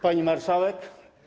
Pani Marszałek!